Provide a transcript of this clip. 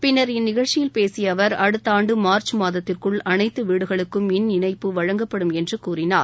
பின்னா் இந்நிகழ்ச்சியில் பேசிய அவர் அடுத்த ஆண்டு மார்ச் மாதத்திற்குள் அனைத்து வீடுகளுக்கும் மின் இணைப்பு வழங்கப்படும் என்று கூறினார்